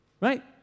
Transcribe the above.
Right